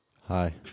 hi